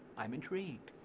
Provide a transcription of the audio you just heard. i'm intrigued.